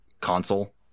console